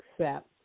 accept